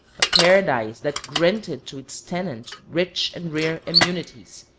a paradise that granted to its tenant rich and rare immunities,